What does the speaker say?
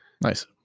Nice